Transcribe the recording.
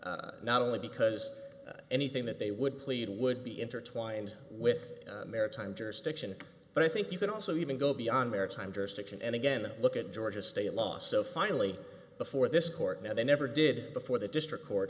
correct not only because anything that they would plead would be intertwined with maritime jurisdiction but i think you can also even go beyond maritime jurisdiction and again look at georgia state law so finally before this court now they never did before the district court